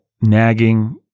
nagging